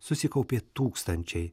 susikaupė tūkstančiai